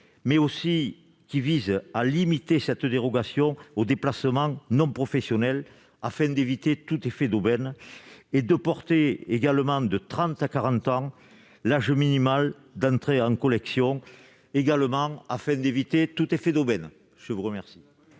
au sein des ZFE, à limiter cette dérogation aux déplacements non professionnels afin d'éviter tout effet d'aubaine et à porter de 30 à 40 ans l'âge minimal d'entrée en collection, toujours afin d'éviter tout effet d'aubaine. La parole